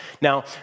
Now